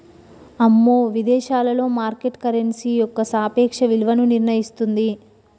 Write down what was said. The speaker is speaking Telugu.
అమ్మో విదేశాలలో మార్కెట్ కరెన్సీ యొక్క సాపేక్ష విలువను నిర్ణయిస్తుంది